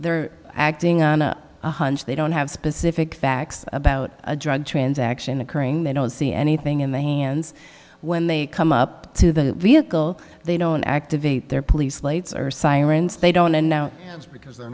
they're acting on a hunch they don't have specific facts about a drug transaction occurring they don't see anything in the hands when they come up to the vehicle they don't activate their police lights or sirens they don't and now just because they're